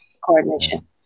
Coordination